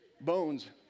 bones